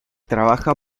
trabaja